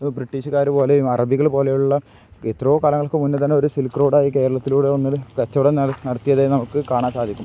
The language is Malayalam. ബ്രിട്ടീഷുകാർ പോലെയും അറബികൾ പോലെയുള്ള എത്രയോ കാലങ്ങൾക്ക് മുന്നേ തന്നെ ഒരു സിൽക്ക് റോഡായി കേരളത്തിലൂടെ ഒന്ന് കച്ചവടം നടത്തിയത് നമുക്ക് കാണാൻ സാധിക്കും